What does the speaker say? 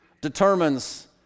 determines